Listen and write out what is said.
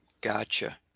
Gotcha